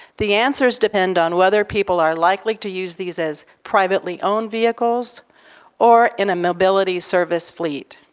the answers depend on whether people are likely to use these as privately owned vehicles or in a mobility service fleet,